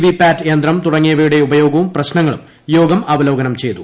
V PAT യന്ത്രം തുടങ്ങിയവയുടെ ഉപയോഗവും പ്രശ്നങ്ങളും യോഗം അവലോകനം ചെയ്തു